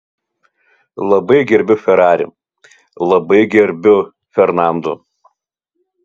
labai gerbiu ferrari labai gerbiu fernando